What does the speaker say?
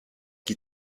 qui